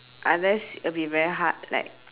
unless it'll be very hard like